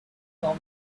call